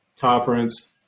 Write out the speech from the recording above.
conference